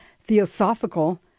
theosophical